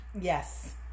Yes